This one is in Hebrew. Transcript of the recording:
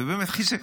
עליו השלום.